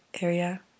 area